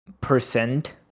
percent